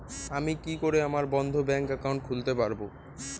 আমি কি করে আমার বন্ধ ব্যাংক একাউন্ট খুলতে পারবো?